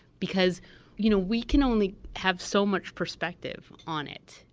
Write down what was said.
because you know we can only have so much perspective on it,